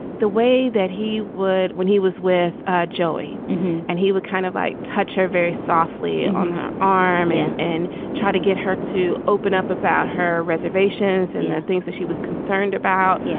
the way that he would when he was with ah joey and he would kind of like touch her very softly on her arm and and try to get her to open up about her reservations and and things that she was concerned about yeah.